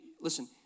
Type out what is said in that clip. Listen